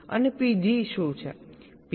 02 છે અને PG શું છે